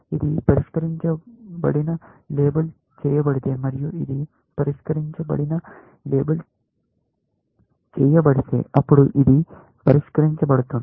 ఇది పరిష్కరించబడిన లేబుల్ చేయబడితే మరియు ఇది పరిష్కరించబడిన లేబుల్ చేయబడితే అప్పుడు ఇది పరిష్కరించబడుతుంది అని లేబుల్ అవుతుంది